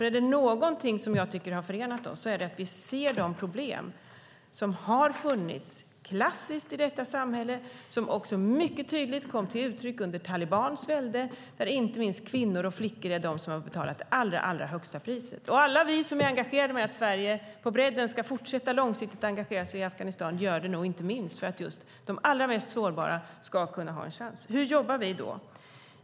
Om det är något som jag tycker har förenat oss är det att vi ser de problem som har funnits klassiskt i detta samhälle och som också mycket tydligt kom till uttryck under talibanskt välde, där inte minst kvinnor och flickor är de som har betalat det allra högsta priset. Alla vi som är engagerade i att Sverige på bredden ska fortsätta engagera sig i Afghanistan långsiktigt gör det nog inte minst för att just de allra mest sårbara ska kunna ha en chans. Hur jobbar vi då?